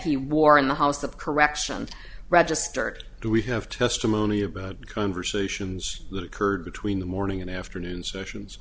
he wore in the house of correction registered do we have testimony about conversations that occurred between the morning and afternoon sessions